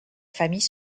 famille